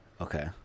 Okay